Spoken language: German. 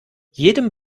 jedem